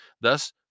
thus